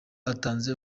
atanze